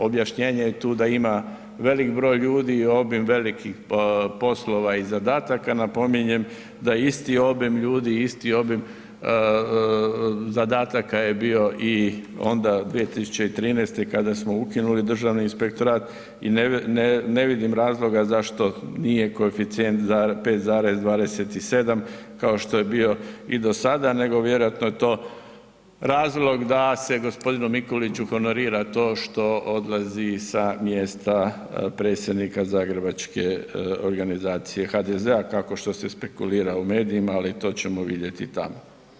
Objašnjenje je tu da ima velik broj ljudi i obim veliki poslova i zadataka, napominjem da je isti obim ljudi, isti obim zadataka je bio i onda 2013. kada smo ukinuli Državni inspektorat i ne vidim razloga zašto nije koeficijent 5,27 kao što je bio i do sada, nego vjerojatno je to razlog da se gospodinu Mikuliću honorirat to što odlazi sa mjesta predsjednika zagrebačke organizacije HDZ-a kao što se spekulira u medijima, ali to ćemo vidjeti tamo.